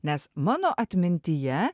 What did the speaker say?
nes mano atmintyje